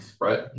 Right